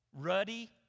Ruddy